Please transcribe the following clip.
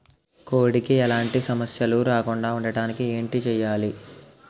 కోడి కి ఎలాంటి సమస్యలు రాకుండ ఉండడానికి ఏంటి చెయాలి?